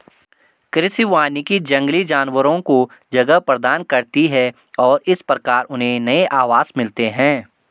कृषि वानिकी जंगली जानवरों को जगह प्रदान करती है और इस प्रकार उन्हें नए आवास मिलते हैं